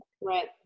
Right